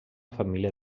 família